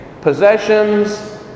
possessions